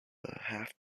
half